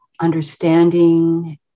understanding